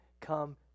come